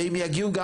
ואם יגיעו גם